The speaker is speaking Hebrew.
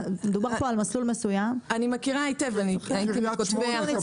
בכרמיאל, בקרית שמונה, במיגל.